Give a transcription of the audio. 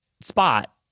spot